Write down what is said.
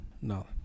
No